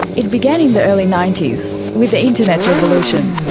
it began in the early nineties with the internet revolution.